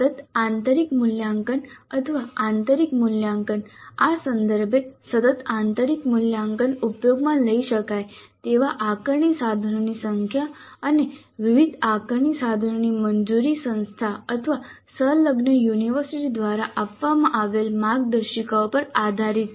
સતત આંતરિક મૂલ્યાંકન અથવા આંતરિક મૂલ્યાંકન આ સંદર્ભે સતત આંતરિક મૂલ્યાંકન ઉપયોગમાં લઈ શકાય તેવા આકારણી સાધનોની સંખ્યા અને વિવિધ આકારણી સાધનોની મંજૂરી સંસ્થા અથવા સંલગ્ન યુનિવર્સિટી દ્વારા આપવામાં આવેલ માર્ગદર્શિકાઓ પર આધારિત છે